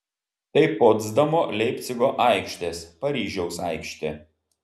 tai potsdamo leipcigo aikštės paryžiaus aikštė